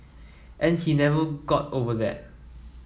and he never got over that